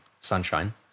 Sunshine